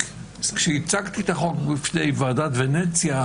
כשהצגתי את החוק בפני ועדת ונציה,